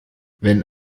wenn